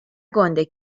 گنده